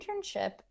internship